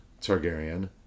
Targaryen